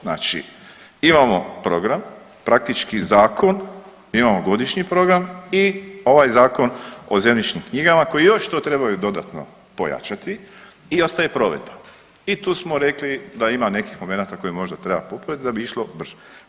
Znači imamo program, praktički zakon, imamo godišnji program i ovaj Zakon o zemljišnim knjigama koji još to trebaju dodatno pojačati i ostaje provedba i tu smo rekli da ima nekih momenata koje možda treba popraviti da bi išlo brže.